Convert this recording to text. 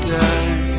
die